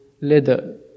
leather